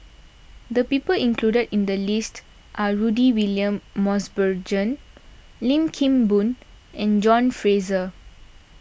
the people included in the list are Rudy William Mosbergen Lim Kim Boon and John Fraser